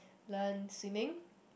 learn swimming